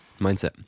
Mindset